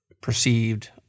perceived